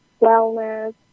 wellness